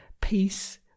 peace